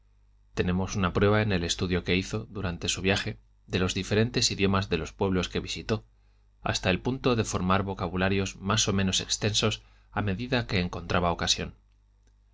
tenemos una prueba en el estudio que hizo durante su viaje de los diferentes idiomas de los pueblos que visitó hasta el punto de formar vocabularios más o menos extensos a medida que encontraba ocasión